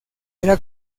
era